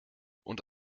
und